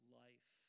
life